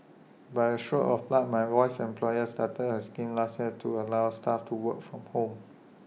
by A stroke of luck my wife's employer started A scheme last year to allow staff to work from home